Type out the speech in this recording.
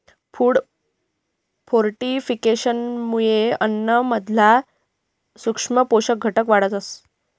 food फोर्टिफिकेशनमुये अन्नाना मधला सूक्ष्म पोषक घटक वाढतस